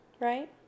Right